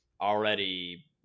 already